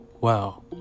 wow